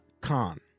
Khan